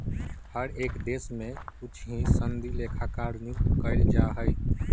हर एक देश में कुछ ही सनदी लेखाकार नियुक्त कइल जा हई